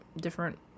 different